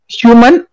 human